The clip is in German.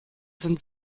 sind